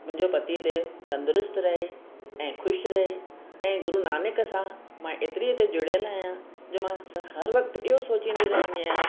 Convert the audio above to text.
मुंहिंजो पति देव तंदुरुस्तु रहे ऐं ख़ुशि रहे ऐं गुरू नानक सां मां एतिरी त जुड़ियल आहियां जो मां स हर वक़्तु इहो सोचींदी रहंदी आहियां